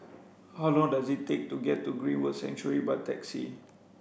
how long does it take to get to Greenwood Sanctuary by taxi